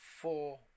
four